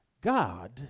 God